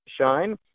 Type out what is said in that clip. shine